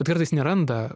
kartais neranda